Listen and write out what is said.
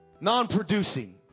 Non-producing